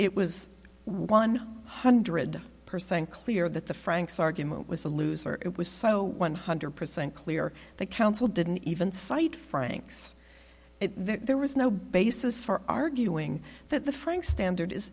it was one hundred percent clear that the franks argument was a loser and was so one hundred percent clear the counsel didn't even side franks there was no basis for arguing that the frank standard is